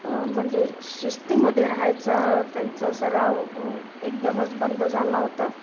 म्हणजे शिस्तीमध्ये राहायचा त्यांचा सराव एकदमच बंद झाला होता